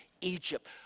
Egypt